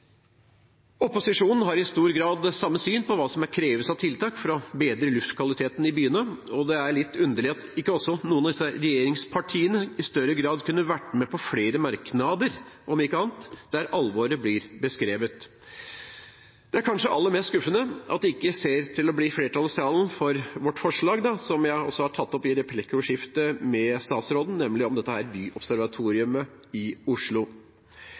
Opposisjonen har i stor grad det samme synet på hva som kreves av tiltak for å bedre luftkvaliteten i byene, men det er litt underlig at ikke også noen av regjeringspartiene i større grad kunne vært med på flere merknader – om ikke annet – der alvoret blir beskrevet. Det er kanskje aller mest skuffende at det ikke ser ut til å bli flertall i salen for vårt forslag om et byobservatorium i Oslo, som jeg også tok opp i replikkordskiftet med statsråden. Lite grann om